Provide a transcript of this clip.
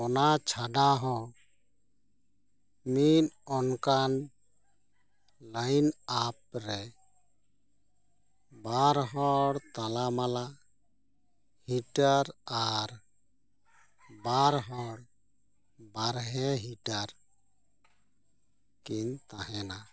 ᱚᱱᱟ ᱪᱷᱟᱰᱟ ᱦᱚᱸ ᱢᱤᱫ ᱚᱱᱠᱟᱱ ᱞᱟᱭᱤᱱᱟᱯ ᱨᱮ ᱵᱟᱨ ᱦᱚᱲ ᱛᱟᱞᱟᱢᱟᱞᱟ ᱦᱤᱴᱟᱨ ᱟᱨ ᱵᱟᱨ ᱦᱚᱲ ᱵᱟᱨᱦᱮ ᱦᱤᱴᱟᱨ ᱠᱤᱱ ᱛᱟᱦᱮᱸᱱᱟ